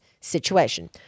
situation